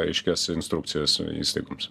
aiškias instrukcijas įstaigoms